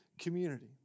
community